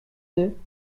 deux